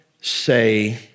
say